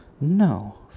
No